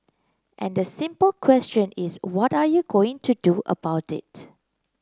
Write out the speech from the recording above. and the simple question is what are you going to do about it